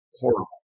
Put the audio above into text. horrible